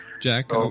Jack